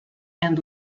and